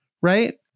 right